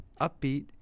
upbeat